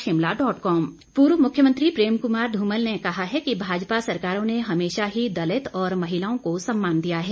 धुमल पूर्व मुख्यमंत्री प्रेम कुमार धूमल ने कहा है कि भाजपा सरकारों ने हमेशा दलित और महिलाओं को सम्मान दिया है